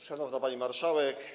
Szanowna Pani Marszałek!